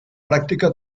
pràctica